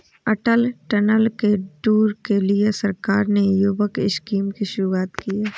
अटल tunnel के tour के लिए सरकार ने युवक स्कीम की शुरुआत की है